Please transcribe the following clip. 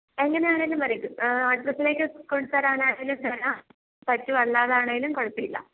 എങ്ങനെ ആണേലും റെഡി ആക്കി കിട്ടും ആ അഡ്രെസ്സിലെയ്ക്ക് കൊണ്ടുതരാൻ ആണെങ്കിലും തരാം പറ്റും അല്ലാതാണെങ്കിലും കുഴപ്പമില്ല